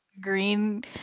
green